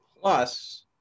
Plus